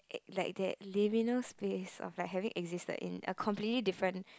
like that liminal space of like having existed in a completely different